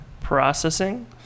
processing